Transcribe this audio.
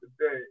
today